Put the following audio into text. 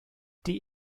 die